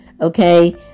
okay